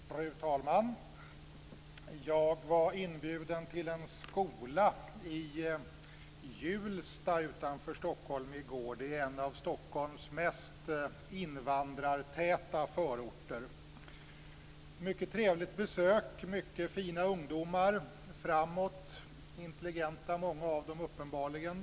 Fru talman! Jag var inbjuden till en skola i Hjulsta utanför Stockholm i går. Det är en av Stockholms mest invandrartäta förorter. Det var ett mycket trevligt besök, mycket fina ungdomar, framåt. Många av dem uppenbart intelligenta.